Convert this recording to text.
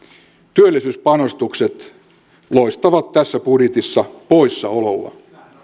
työllisyyspanostukset loistavat tässä budjetissa poissaolollaan